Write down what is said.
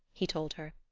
he told her.